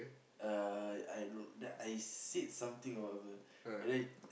uh I duduk then I sit something or whatever and then